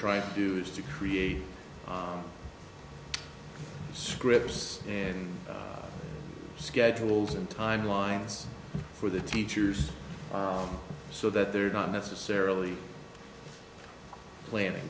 trying to do is to create scripts and schedules and timelines for the teachers so that they're not necessarily planning